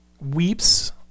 Weeps